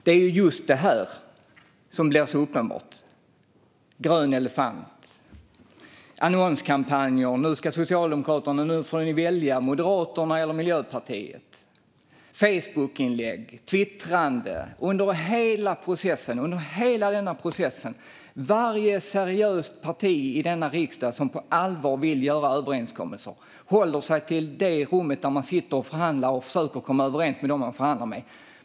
Det är ju just detta som blir så uppenbart. Grön elefant. Annonskampanjer. Nu får ni välja: Moderaterna eller Miljöpartiet! Facebookinlägg och twittrande under hela denna process. Varje seriöst parti i denna riksdag som på allvar vill göra överenskommelser håller sig till det rum där man sitter och förhandlar och försöker att komma överens med dem som man förhandlar med.